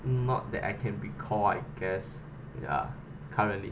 not that I can recall I guess ya currently